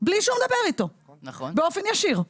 בלי שהוא מדבר איתו באופן ישיר.